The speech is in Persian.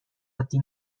عادی